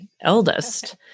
eldest